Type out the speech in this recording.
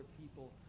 people